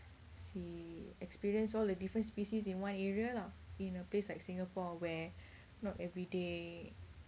see experience all the different species in one area lah in a place like singapore where not everyday